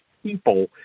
people